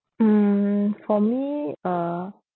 mm for me uh